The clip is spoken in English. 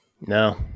No